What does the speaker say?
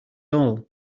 all